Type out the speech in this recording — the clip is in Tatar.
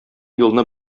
юлны